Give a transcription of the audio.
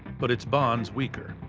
but its bonds weaker.